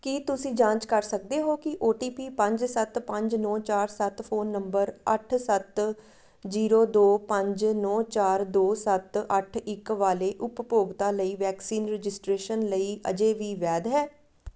ਕੀ ਤੁਸੀਂ ਜਾਂਚ ਕਰ ਸਕਦੇ ਹੋ ਕਿ ਓ ਟੀ ਪੀ ਪੰਜ ਸੱਤ ਪੰਜ ਨੌਂ ਚਾਰ ਸੱਤ ਫ਼ੋਨ ਨੰਬਰ ਅੱਠ ਸੱਤ ਜ਼ੀਰੋ ਦੋ ਪੰਜ ਨੌਂ ਚਾਰ ਦੋ ਸੱਤ ਅੱਠ ਇੱਕ ਵਾਲੇ ਉਪਭੋਗਤਾ ਲਈ ਵੈਕਸੀਨ ਰਜਿਸਟ੍ਰੇਸ਼ਨ ਲਈ ਅਜੇ ਵੀ ਵੈਧ ਹੈ